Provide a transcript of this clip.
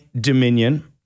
Dominion